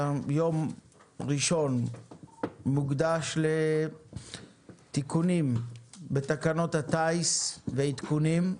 יום ראשון מוקדש לתיקונים בתקנות הטיס ועדכונים.